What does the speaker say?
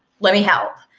let me help.